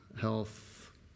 health